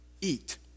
Eat